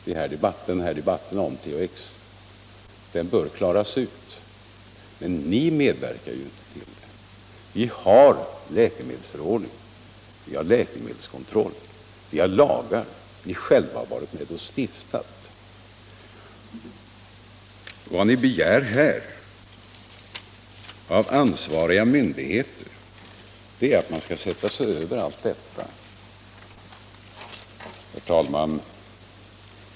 Vi har en läkemedelsförordning, vi har läkemedelskontroll, vi har lagar som ni själva har varit med om att stifta. Vad ni begär här av ansvariga myndigheter är att de skall sätta sig över allt detta. Herr talman!